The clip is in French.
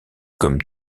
comme